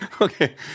Okay